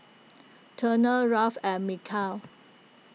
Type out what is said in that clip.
Turner Rolf and Mikeal